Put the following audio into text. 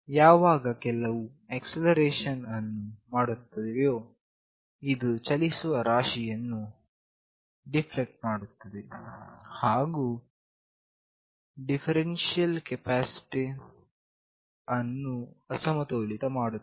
ಯಾವಾಗ ಕೆಲವು ಆಕ್ಸೆಲರೇಷನ್ ಅನ್ನು ಮಾಡುತ್ತೇವೆಯೋ ಇದು ಚಲಿಸುವ ರಾಶಿಯನ್ನು ಡಿಫ್ಲೆಕ್ಟ್ ಮಾಡುತ್ತದೆ ಹಾಗು ಡಿಫರೆನ್ಷಿಯಲ್ ಕೆಪಾಸಿಟರ್ ಅನ್ನು ಅಸಮತೋಲಿತ ಮಾಡುತ್ತದೆ